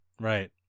Right